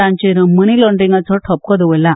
तांचेर मनी लाँड्रींगाचो ठपको दवरला